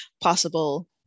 possible